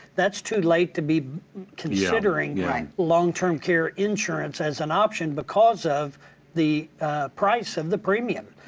that's too late to be considering long term care insurance as an option because of the price of the premium.